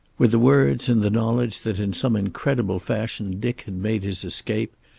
with the words, and the knowledge that in some incredible fashion dick had made his escape,